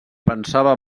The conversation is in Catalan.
pensava